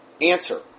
Answer